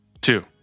Two